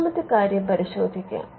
ഒന്നാമത്തെ കാര്യം പരിശോധിക്കാം